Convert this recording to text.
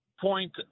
point